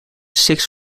six